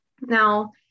Now